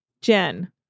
Jen